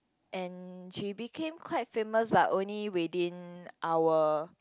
and she became quite famous but only within our